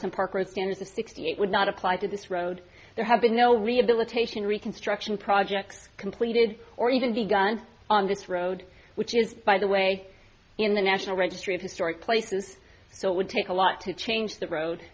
some park road standards a sixty eight would not apply to this road there have been no rehabilitation reconstruction projects completed or even begun on this road which is by the way in the national registry of historic places so it would take a lot to change the road